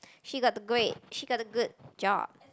she got the great she got the good job